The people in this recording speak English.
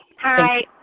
Hi